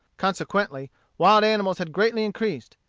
consequently wild animals had greatly increased.